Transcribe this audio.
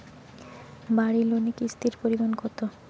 বাড়ি লোনে কিস্তির পরিমাণ কত?